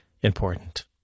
important